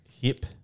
hip